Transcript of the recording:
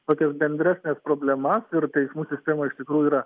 tokias bendresnes problemas ir teismų sistema iš tikrųjų yra